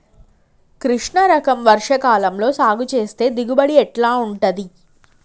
కృష్ణ రకం వర్ష కాలం లో సాగు చేస్తే దిగుబడి ఎట్లా ఉంటది?